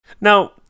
Now